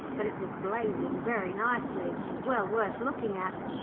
but it was blazing very nicely, and well worth looking at.